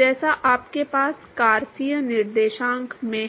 जैसा आपके पास कार्तीय निर्देशांक में है